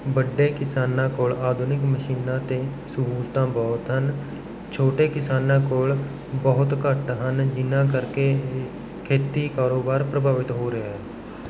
ਵੱਡੇ ਕਿਸਾਨਾਂ ਕੋਲ ਆਧੁਨਿਕ ਮਸ਼ੀਨਾਂ ਅਤੇ ਸਹੂਲਤਾਂ ਬਹੁਤ ਹਨ ਛੋਟੇ ਕਿਸਾਨਾਂ ਕੋਲ ਬਹੁਤ ਘੱਟ ਹਨ ਜਿਹਨਾਂ ਕਰਕੇ ਖੇਤੀ ਕਾਰੋਬਾਰ ਪ੍ਰਭਾਵਿਤ ਹੋ ਰਿਹਾ ਹੈ